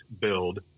build